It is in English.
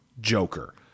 joker